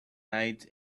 night